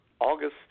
August